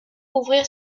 ouvrir